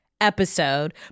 episode